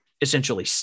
Essentially